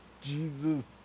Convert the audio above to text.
Jesus